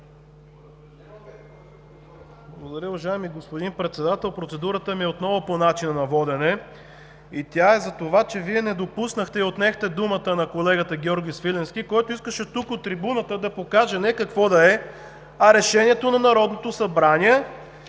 Благодаря. Уважаеми господин Председател, процедурата ми е отново по начина на водене. И тя е за това, че Вие не допуснахте, отнехте думата на колегата Георги Свиленски, който искаше тук, от трибуната, да покаже не какво да е, а решението на Народното събрание